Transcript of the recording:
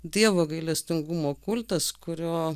dievo gailestingumo kultas kurio